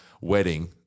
wedding